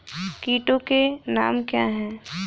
कीटों के नाम क्या हैं?